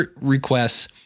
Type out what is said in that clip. requests